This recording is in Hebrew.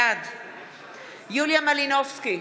בעד יוליה מלינובסקי